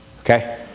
Okay